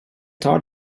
tar